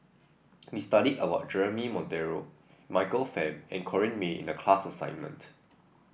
we studied about Jeremy Monteiro Michael Fam and Corrinne May in the class assignment